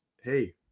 hey